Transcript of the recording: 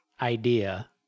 idea